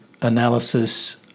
analysis